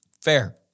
Fair